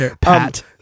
Pat